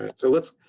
and so let's.